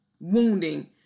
wounding